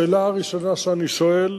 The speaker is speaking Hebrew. השאלה הראשונה שאני שואל